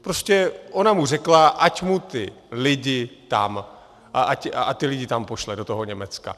Prostě ona mu řekla, ať mu ty lidi tam, ať ty lidi tam pošle, do toho Německa.